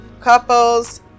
couples